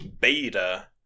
beta